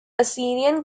assyrian